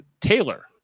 Taylor